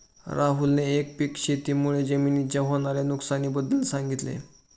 राहुलने एकपीक शेती मुळे जमिनीच्या होणार्या नुकसानी बद्दल सांगितले